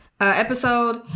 episode